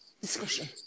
discussion